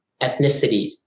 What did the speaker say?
ethnicities